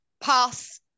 pass